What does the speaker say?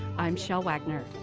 i'm shel wagner.